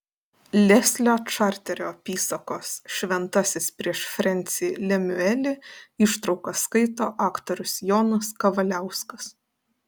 leslio čarterio apysakos šventasis prieš frensį lemiuelį ištraukas skaito aktorius jonas kavaliauskas